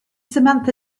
samantha